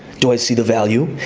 do i see the value?